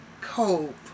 cope